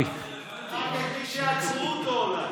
רק את מי שעצרו אותו, אולי.